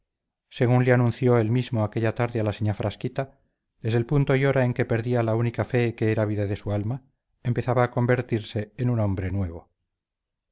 según le anunció él mismo aquella tarde a la señá frasquita desde el punto y hora en que perdía la única fe que era vida de su alma empezaba a convertirse en un hombre nuevo